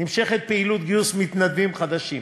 נמשכת פעילות גיוס מתנדבים חדשים,